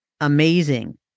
amazing